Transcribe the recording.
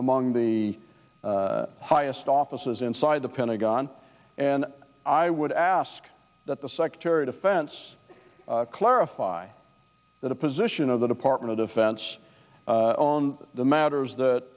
among the highest offices inside the pentagon and i would ask that the secretary defense clarify that a position of the department of defense on the matters that